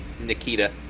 Nikita